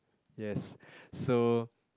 yes so